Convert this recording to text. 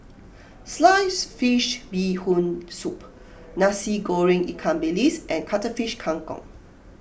Sliced Fish Bee Hoon Soup Nasi Goreng Ikan Bilis and Cuttlefish Kang Kong